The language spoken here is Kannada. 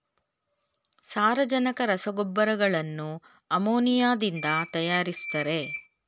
ಸಾರಜನಕ ರಸಗೊಬ್ಬರಗಳನ್ನು ಅಮೋನಿಯಾದಿಂದ ತರಯಾರಿಸ್ತರೆ